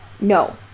No